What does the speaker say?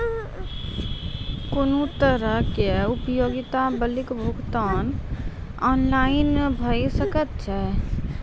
कुनू तरहक उपयोगिता बिलक भुगतान ऑनलाइन भऽ सकैत छै?